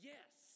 Yes